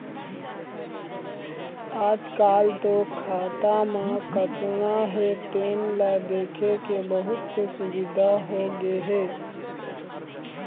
आजकाल तो खाता म कतना हे तेन ल देखे के बहुत से सुबिधा होगे हे